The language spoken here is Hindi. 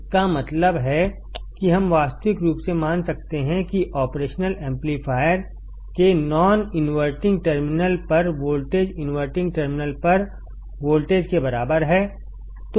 इसका मतलब है कि हम वास्तविक रूप से मान सकते हैं कि ऑपरेशनल एम्पलीफायर के नॉन इनवर्टिंग टर्मिनल पर वोल्टेज इनवर्टिंग टर्मिनल पर वोल्टेज के बराबर है